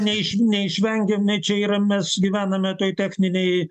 neiš neišvengiam ne čia yra mes gyvename toj techninėj